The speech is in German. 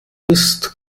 ist